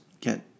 get